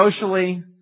socially